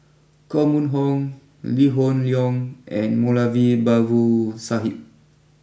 Koh Mun Hong Lee Hoon Leong and Moulavi Babu Sahib